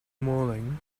morning